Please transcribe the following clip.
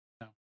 No